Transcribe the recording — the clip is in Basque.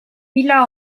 pila